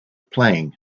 playing